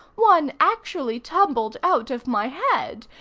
one actually tumbled out of my head,